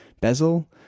bezel